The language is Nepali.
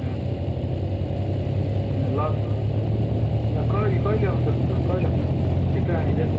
अँ अँ ल ल कहिले कहिले आउँछस् कहिले आउँछस् छिटो आइज